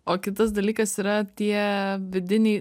o kitas dalykas yra tie vidiniai